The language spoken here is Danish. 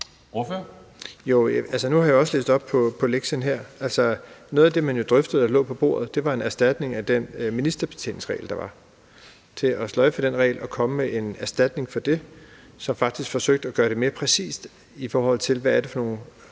nu har jeg også læst op på lektien her. Altså, noget af det, man drøftede, og som lå på bordet, var en erstatning af den ministerbetjeningsregel, der var – et forslag om at sløjfe den regel og komme med en erstatning for den, som faktisk forsøgte at gøre det mere præcist, i forhold til hvad det er for nogle